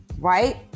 right